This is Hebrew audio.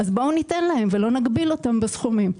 בואו ניתן להם ולא נגביל אותם בסכומים.